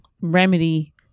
remedy